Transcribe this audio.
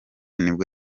nibwo